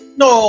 no